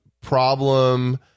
problem